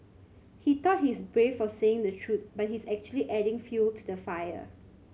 he thought he's brave for saying the truth but he's actually just adding fuel to the fire